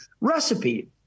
recipe